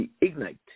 Ignite